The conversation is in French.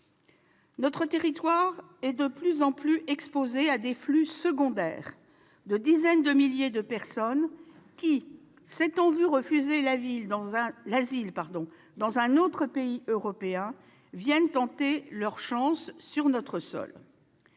Notre territoire est de plus en plus exposé à des flux secondaires de dizaines de milliers de personnes qui, s'étant vu refuser l'asile dans un autre pays européen, viennent tenter leur chance sur notre sol.